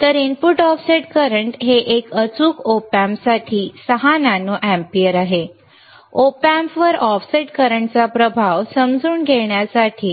तर input offset current हे एक अचूक Op Amp साठी 6 nano amperes आहे Op Amp वर ऑफसेट करंटचा प्रभाव समजून घेण्यासाठी